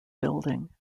building